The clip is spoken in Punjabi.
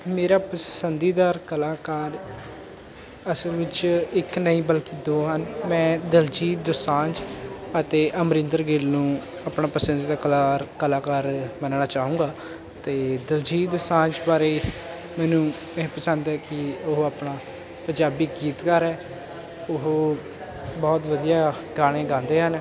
ਮੇਰਾ ਪਸੰਦੀਦਾ ਕਲਾਕਾਰ ਅਸਲ ਵਿੱਚ ਇੱਕ ਨਹੀਂ ਬਲਕਿ ਦੋ ਹਨ ਮੈਂ ਦਲਜੀਤ ਦੋਸਾਂਝ ਅਤੇ ਅਮਰਿੰਦਰ ਗਿੱਲ ਨੂੰ ਆਪਣਾ ਪਸੰਦੀਦਾ ਕਲਾਰ ਕਲਾਕਾਰ ਮੰਨਣਾ ਚਾਹੂੰਗਾ ਅਤੇ ਦਿਲਜੀਤ ਦੋਸਾਂਝ ਬਾਰੇ ਮੈਨੂੰ ਇਹ ਪਸੰਦ ਹੈ ਕਿ ਉਹ ਆਪਣਾ ਪੰਜਾਬੀ ਗੀਤਕਾਰ ਹੈ ਉਹ ਬਹੁਤ ਵਧੀਆ ਗਾਣੇ ਗਾਉਂਦੇ ਹਨ